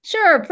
Sure